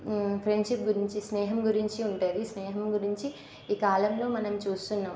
friendship గురించి స్నేహం గురించి ఉంటుంది స్నేహం గురించి ఈ కాలంలో మనం చూస్తున్నాము